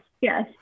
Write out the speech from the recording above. yes